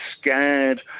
scared